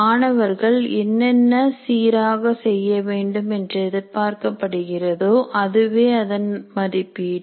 மாணவர்கள் என்னென்ன சீராக செய்ய வேண்டும் என்று எதிர்ப்பார்க்கப்படுகிறதோ அதுவே அதன் மதிப்பீடு